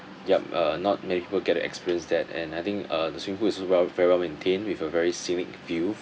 yup uh not many people get to experience that and I think uh the swimming pool is also well very well maintained with a very scenic view